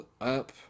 up